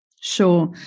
Sure